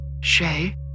Shay